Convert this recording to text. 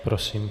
Prosím.